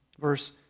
Verse